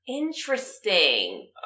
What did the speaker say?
interesting